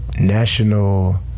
national